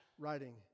Writing